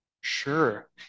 Sure